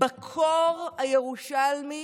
בקור הירושלמי,